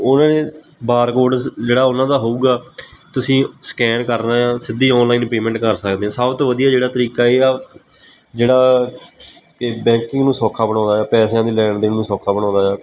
ਉਹਨਾਂ ਨੇ ਬਾਰਕੋਰਟਸ ਜਿਹੜਾ ਉਹਨਾਂ ਦਾ ਹੋਵੇਗਾ ਤੁਸੀਂ ਸਕੈਨ ਕਰਨਾ ਹੈ ਸਿੱਧੀ ਔਨਲਾਈਨ ਪੇਮੈਂਟ ਕਰ ਸਕਦੇ ਹਾਂ ਸਭ ਤੋਂ ਵਧੀਆ ਜਿਹੜਾ ਤਰੀਕਾ ਇਹ ਆ ਜਿਹੜਾ ਇਹ ਬੈਂਕਿੰਗ ਨੂੰ ਸੌਖਾ ਬਣਾਉਂਦਾ ਆ ਪੈਸਿਆਂ ਦੇ ਲੈਣ ਦੇਣ ਨੂੰ ਸੌਖਾ ਬਣਾਉਂਦਾ ਆ